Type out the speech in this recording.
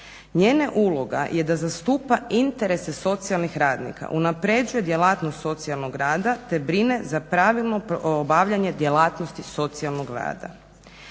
Njena uloga je da zastupa interese socijalnih radnika, unaprjeđuje djelatnost socijalnog rada te brine za pravilno obavljanje djelatnosti socijalnog rada.